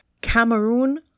Cameroon